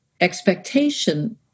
expectation